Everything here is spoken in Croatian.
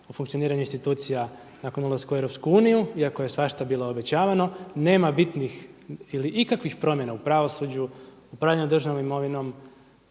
u funkcioniranju institucija nakon ulaska u EU, iako je svašta bilo obećavano nema bitnih ili ikakvih promjena u pravosuđu, upravljanju državnom imovinom,